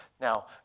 Now